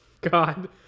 God